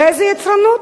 ואיזה יצרנות?